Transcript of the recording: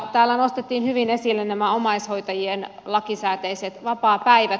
täällä nostettiin hyvin esille nämä omaishoitajien lakisääteiset vapaapäivät